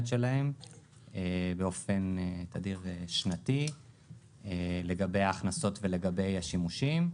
שלהם באופן תדיר שנתי לגבי ההכנסות ולגבי השימושים.